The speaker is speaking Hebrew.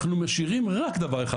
אנחנו משאירים רק דבר אחד.